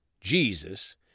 Jesus